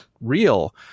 real